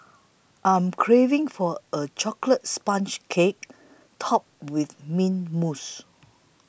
I am craving for a Chocolate Sponge Cake Topped with Mint Mousse